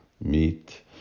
meat